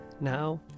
now